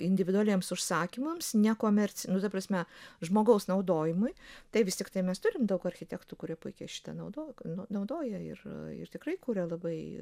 individualiems užsakymams nekomercinių nu ta prasme žmogaus naudojimui tai vis tiktai mes turim daug architektų kurie puikiai šitą naudoja naudoja ir ir tikrai kuria labai